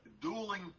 Dueling